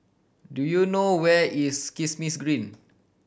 do you know where is Kismis Green